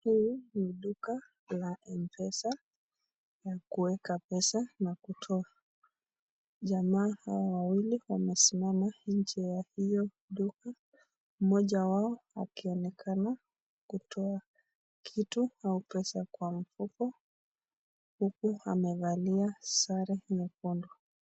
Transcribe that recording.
Hii ni duka ya mpesa ya kueka pesa na kutoa. Jamaa hawa wawili wamesimama njee ya hiyo duka moja wao akionekana kutoa kitu au pesa kwa mfuko, huku amevalia sare nyekundu.